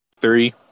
three